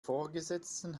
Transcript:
vorgesetzten